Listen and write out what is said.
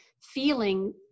feeling